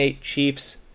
Chiefs